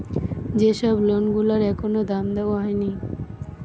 যে সব লোন গুলার এখনো দাম দেওয়া হয়নি